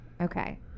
Okay